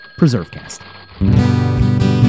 PreserveCast